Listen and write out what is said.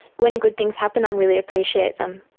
when good things happen i really appreciate them,